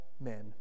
men